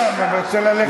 אתה רוצה ללכת הביתה?